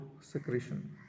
secretion